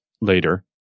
later